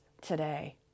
today